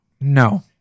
No